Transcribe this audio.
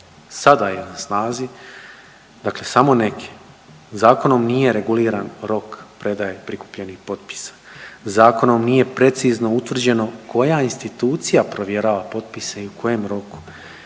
sada je na snazi dakle samo neke, zakonom nije reguliran rok predaje prikupljenih potpisa, zakonom nije precizno utvrđeno koja institucija provjerava potpise i u kojem roku.